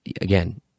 again